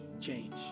Change